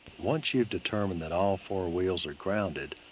once you have determined that all four wheels are grounded,